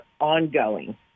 ongoing